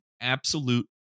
absolute